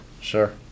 Sure